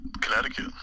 Connecticut